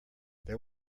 there